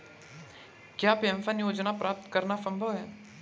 क्या पेंशन योजना प्राप्त करना संभव है?